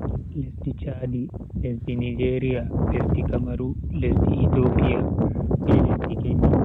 Lesdi chadi, lesdi nijeriya, lesdi kamaru, lesdi etopiya, be lesdi kenya.